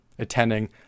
Attending